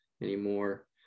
anymore